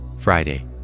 Friday